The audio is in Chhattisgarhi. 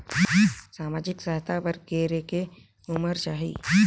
समाजिक सहायता बर करेके उमर चाही?